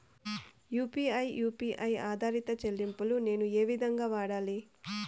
UPI U P I ఆధారిత చెల్లింపులు నేను ఏ విధంగా వాడాలి?